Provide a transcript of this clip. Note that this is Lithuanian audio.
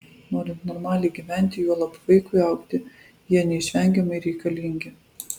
norint normaliai gyventi juolab vaikui augti jie neišvengiamai reikalingi